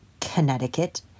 Connecticut